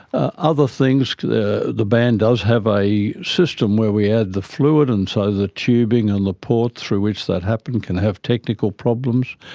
ah other things, the the band does have a system where we add the fluid and so the tubing and the port through which that happened can have technical problems.